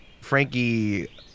Frankie